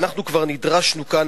אנחנו כבר נדרשנו כאן,